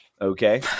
Okay